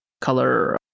color